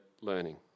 learning